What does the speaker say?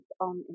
on